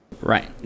Right